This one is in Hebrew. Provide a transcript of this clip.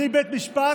בלי בית משפט,